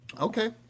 Okay